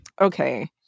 Okay